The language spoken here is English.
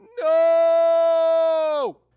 No